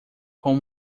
com